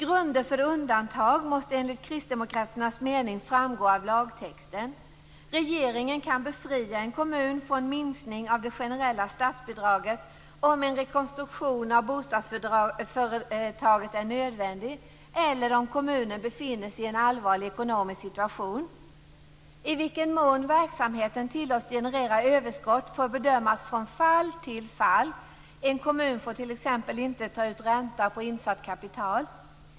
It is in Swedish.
Grunder för undantag måste enligt Kristdemokraternas mening framgå av lagtexten. Regeringen kan befria en kommun från minskning av det generella statsbidraget, om en rekonstruktion av bostadsföretaget är nödvändig eller om kommunen befinner sig i en allvarlig ekonomisk situation. I vilken mån verksamheten tillåts generera överskott får bedömas från fall till fall. En kommun får t.ex. inte ta ut ränta på insatt kapital.